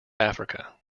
africa